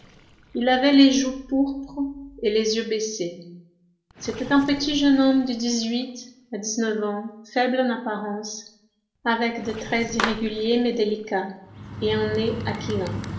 il avait les joues pourpres et les yeux baissés c'était un petit jeune homme de dix-huit à dix-neuf ans faible en apparence avec des traits irréguliers mais délicats et un nez